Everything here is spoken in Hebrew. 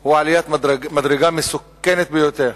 הוא עליית מדרגה מסוכנת ביותר.